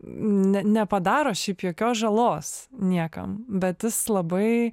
ne nepadaro šiaip jokios žalos niekam bet jis labai